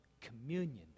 communion